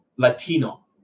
Latino